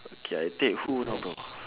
okay I take who you know bro